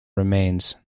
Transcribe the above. remains